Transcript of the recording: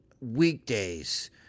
weekdays